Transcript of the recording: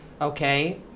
Okay